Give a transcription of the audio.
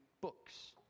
books